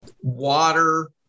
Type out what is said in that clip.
water